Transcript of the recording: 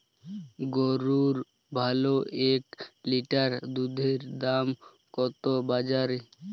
গরুর ভালো এক লিটার দুধের দাম কত বাজারে?